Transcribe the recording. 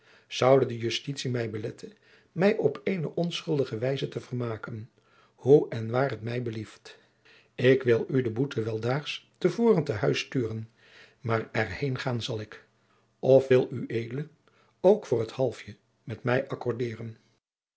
zoude de justitie mij beletten mij op eene onschuldige wijze te vermaken hoe en waar het mij belieft ik wil u de boete wel daags te voren te huis sturen maar er heen gaan zal ik of wil ued ook voor t halfje met mij accordeeren